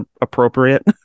appropriate